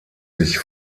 sich